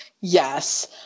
Yes